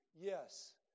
Yes